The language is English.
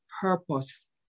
purpose